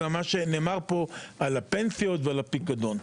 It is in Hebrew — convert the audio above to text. מה שנאמר פה על הפנסיות ועל הפיקדון.